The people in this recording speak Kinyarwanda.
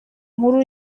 nkuru